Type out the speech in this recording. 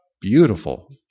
beautiful